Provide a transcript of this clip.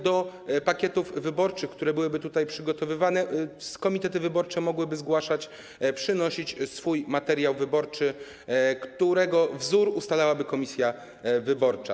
Do pakietów wyborczych, które byłyby przygotowywane, komitety wyborcze mogłyby zgłaszać, przynosić swój materiał wyborczy, którego wzór ustalałaby komisja wyborcza.